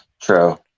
True